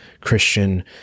christian